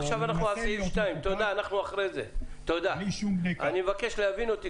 עכשיו אנחנו בסעיף 2. אני מבקש להבין אותי,